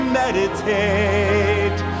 meditate